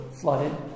flooded